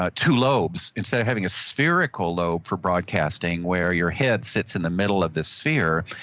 ah two lobes instead of having a spherical lobe for broadcasting, where your head sits in the middle of the sphere.